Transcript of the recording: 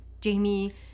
jamie